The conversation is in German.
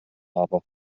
aber